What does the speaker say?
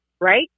right